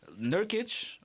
Nurkic